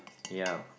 ya